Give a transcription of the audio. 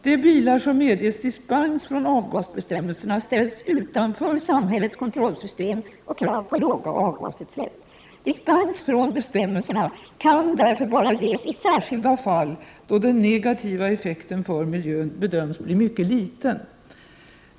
De bilar som medges dispens från avgasbestämmelserna ställs utanför samhällets kontrollsystem och krav på låga avgasutsläpp. Dispens från bestämmelserna kan därför bara ges i särskilda fall då den negativa effekten för miljön bedöms bli mycket liten.